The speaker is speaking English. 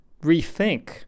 rethink